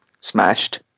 smashed